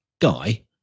Guy